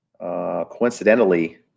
coincidentally